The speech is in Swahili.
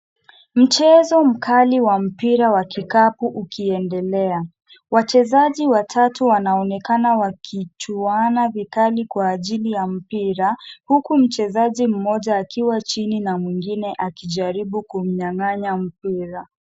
Mchezo mkali wa mpira wa kikapu ukiendelea, wachezaji watatu wanaonekana wakichuana vikali kwa ajili ya mpira, huku mchezaji mmoja akiwa chini, na mwingine akijaribu kumnyang'anya mpira.